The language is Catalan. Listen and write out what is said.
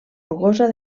rugosa